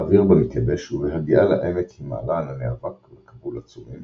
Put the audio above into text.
האוויר בה מתייבש ובהגיעה לעמק היא מעלה ענני אבק וכבול עצומים,